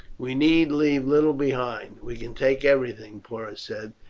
we need leave little behind. we can take everything, porus said.